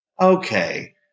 Okay